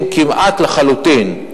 ממעטים, כמעט לחלוטין,